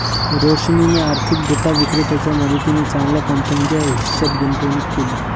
रोशनीने आर्थिक डेटा विक्रेत्याच्या मदतीने चांगल्या कंपनीच्या हिश्श्यात गुंतवणूक केली